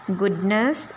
goodness